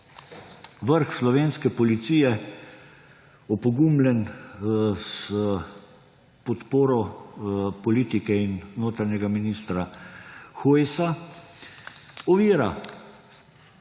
vrh slovenske policije, opogumljen s podporo politike in notranjega ministra Hojsa, ovira